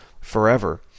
forever